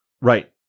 Right